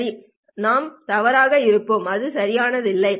சரி நாம் தவறாக இருப்போம் இது சரியாக இல்லை